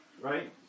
right